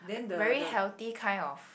very healthy kind of